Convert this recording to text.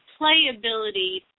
playability